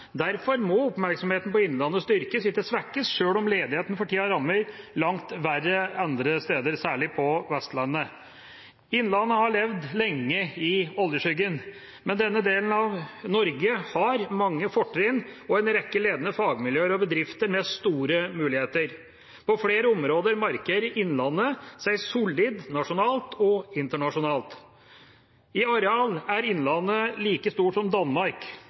Derfor må oppmerksomheten på Innlandet styrkes, ikke svekkes, sjøl om ledigheten for tiden rammer langt verre andre steder – særlig på Vestlandet. Innlandet har levd lenge i oljeskyggen, men denne delen av Norge har mange fortrinn og en rekke ledende fagmiljøer og bedrifter med store muligheter. På flere områder markerer Innlandet seg solid nasjonalt og internasjonalt. I areal er Innlandet like stort som Danmark.